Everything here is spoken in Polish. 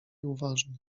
uważnie